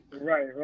Right